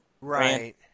Right